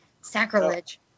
sacrilege